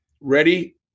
ready